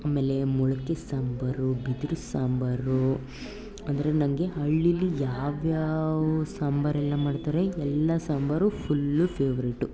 ಆಮೇಲೆ ಮೊಳ್ಕೆ ಸಾಂಬಾರು ಬಿದುರು ಸಾಂಬಾರು ಅಂದರೆ ನನಗೆ ಹಳ್ಳೀಲಿ ಯಾವ್ಯಾವ ಸಾಂಬಾರೆಲ್ಲ ಮಾಡ್ತಾರೆ ಎಲ್ಲ ಸಾಂಬಾರು ಫುಲ್ಲು ಫೇವ್ರೇಟು